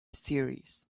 series